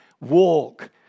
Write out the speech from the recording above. walk